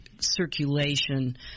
circulation